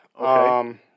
Okay